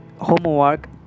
homework